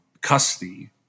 custody